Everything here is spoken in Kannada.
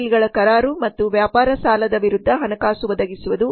ಬಿಲ್ಗಳ ಕರಾರು ಮತ್ತು ವ್ಯಾಪಾರ ಸಾಲದ ವಿರುದ್ಧ ಹಣಕಾಸು ಒದಗಿಸುವುದು